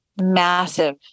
massive